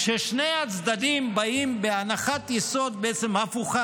כששני הצדדים באים אליי בעצם בהנחות יסוד הפוכות